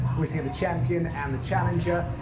we see the champion and the challenger.